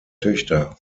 töchter